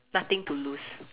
nothing to lose